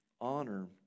honor